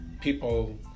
people